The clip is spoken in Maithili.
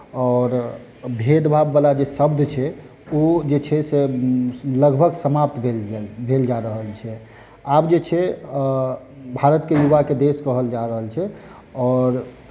आओर भेद भाववला जे शब्द छै ओ जे छै से लगभग समाप्त भेल जा भेल जा रहल छै आब जे छै भारतकेँ युवाक देश कहल जा रहल छै आओर